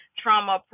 trauma